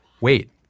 wait